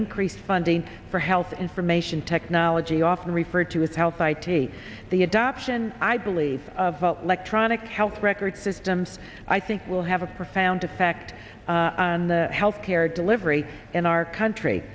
increased funding for health information technology often referred to as health i t the adoption i believe of like tronic health record systems i think will have a profound effect on the health care delivery in our country